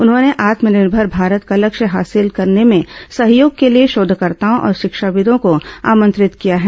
उन्होंने आत्मनिर्भर भारत का लक्ष्य हासिल करने में सहयोग के लिए शोधकर्ताओं और शिक्षाविदों को आमंत्रित किया है